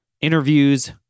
interviews